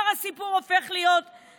הסיפור כבר הופך להיות שונה.